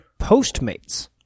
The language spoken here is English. Postmates